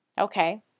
Okay